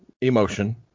emotion